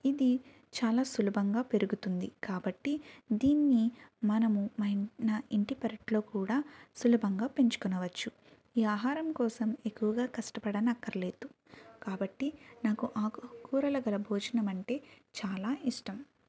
ఇది చాలా సులభంగా పెరుగుతుంది కాబట్టి దీన్ని మనము మా నా ఇంటి పెరట్లో కూడా సులభంగా పెంచుకొనవచ్చు ఈ ఆహారం కోసం ఎక్కువగా కష్టపడ నక్కర్లేదు కాబట్టి నాకు ఆకుకూరలు గల భోజనమంటే చాలా ఇష్టం